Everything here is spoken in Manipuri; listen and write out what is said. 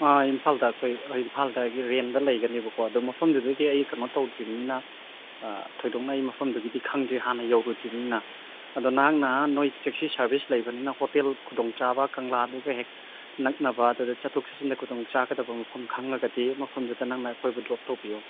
ꯑꯪ ꯏꯝꯐꯥꯜꯗ ꯑꯩꯈꯣꯏ ꯏꯝꯐꯥꯜꯗꯒꯤ ꯔꯦꯟꯗ ꯂꯩꯒꯅꯦꯕꯀꯣ ꯑꯗꯣ ꯃꯐꯝꯗꯨꯗꯒꯤ ꯑꯩ ꯀꯩꯅꯣ ꯇꯧꯗ꯭ꯔꯤꯝꯅꯤꯅ ꯊꯣꯏꯗꯣꯛꯅ ꯑꯩ ꯃꯐꯝꯗꯨꯒꯤꯗꯤ ꯈꯪꯗ꯭ꯔꯦ ꯍꯥꯟꯅ ꯌꯧꯔꯨꯗ꯭ꯔꯤꯝꯅꯤꯅ ꯑꯗꯣ ꯅꯍꯥꯛꯅ ꯅꯣꯏ ꯇꯦꯛꯁꯤ ꯁꯥꯔꯕꯤꯁ ꯂꯩꯕꯅꯤꯅ ꯍꯣꯇꯦꯜ ꯈꯨꯗꯣꯡ ꯆꯥꯕ ꯀꯪꯂꯥꯗꯨꯒ ꯍꯦꯛ ꯅꯛꯅꯕ ꯑꯗꯨꯒ ꯆꯠꯊꯣꯛ ꯆꯠꯁꯤꯟꯗ ꯈꯨꯗꯣꯡ ꯆꯥꯒꯗꯕ ꯃꯐꯝ ꯈꯪꯂꯒꯗꯤ ꯃꯐꯝꯗꯨꯗ ꯅꯪꯅ ꯑꯩꯈꯣꯏꯕꯨ ꯗ꯭ꯔꯣꯞ ꯇꯧꯕꯤꯌꯨ